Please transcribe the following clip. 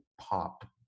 pop